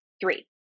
three